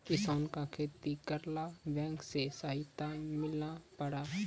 किसान का खेती करेला बैंक से सहायता मिला पारा?